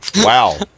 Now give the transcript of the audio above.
Wow